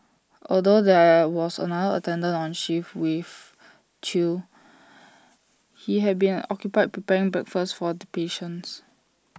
although there was another attendant on shift with Thu he had been occupied preparing breakfast for the patients